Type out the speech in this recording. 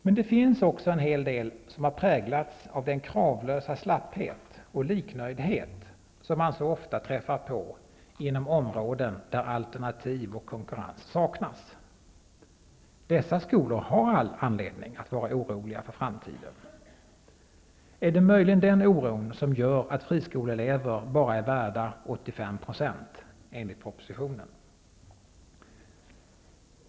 Men det finns också en hel del som har präglats av den kravlösa slapphet och liknöjdhet som man så ofta träffar på inom områden där alternativ och konkurrens saknas. Dessa skolor har all anledning att vara oroliga för framtiden. Är det möjligen den oron som gör att friskoleelever bara är värda 85 %, enligt propositionen?